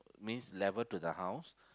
means level to the house